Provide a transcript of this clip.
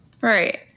Right